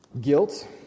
guilt